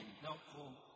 helpful